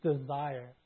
desire